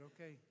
okay